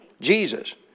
Jesus